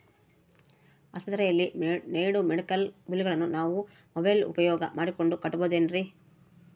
ಆಸ್ಪತ್ರೆಯಲ್ಲಿ ನೇಡೋ ಮೆಡಿಕಲ್ ಬಿಲ್ಲುಗಳನ್ನು ನಾವು ಮೋಬ್ಯೆಲ್ ಉಪಯೋಗ ಮಾಡಿಕೊಂಡು ಕಟ್ಟಬಹುದೇನ್ರಿ?